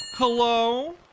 Hello